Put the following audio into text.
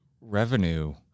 revenue